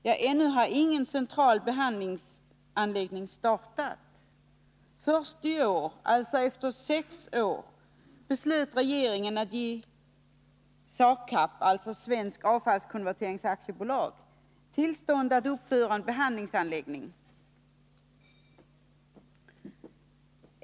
Ja, ännu har ingen central behandlingsanläggning startats. Först i år, alltså efter sex år, beslöt regeringen ge SAKAB -— Svensk Avfallskonvertering AB — tillstånd att uppföra en behandlingsanläggning.